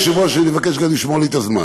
אדוני היושב-ראש, אני מבקש גם לשמור לי את הזמן.